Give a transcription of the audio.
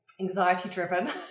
anxiety-driven